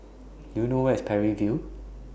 Do YOU know Where IS Parry View